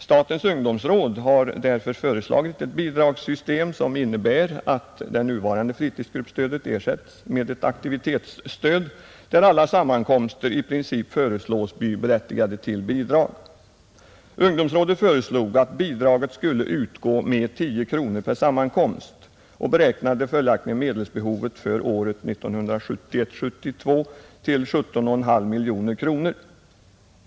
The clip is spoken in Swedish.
Statens ungdomsråd har därför föreslagit ett bidragssystem som innebär att det nuvarande fritidsgruppsstödet ersätts med ett aktivitetsstöd, där alla sammankomster i princip föreslås bli berättigade till bidrag. Ungdomsrådet föreslog att bidraget skulle utgå med 10 kronor per sammankomst och beräknade följaktligen medelsbehovet för budgetåret 1971/72 till 17,5 miljoner kronor.